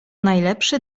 najlepszy